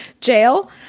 jail